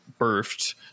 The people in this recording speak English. birthed